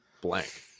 blank